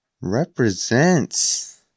represents